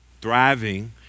thriving